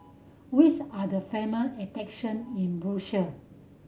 which are the famous attraction in Brussels